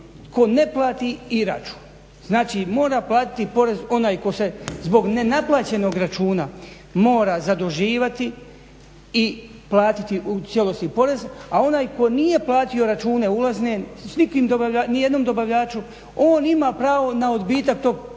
tko ne plati i račun. Znači mora platiti porez onaj tko se zbog nenaplaćenog računa mora zaduživati i platiti u cijelosti porez, a onaj tko nije platio račune ulazne nijednom dobavljaču on ima pravo na odbitak tog